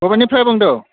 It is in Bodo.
बबेनिफ्राय बुंदों